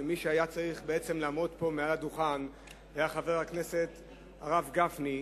מי שהיה צריך בעצם לעמוד פה על הדוכן היה חבר הכנסת הרב גפני,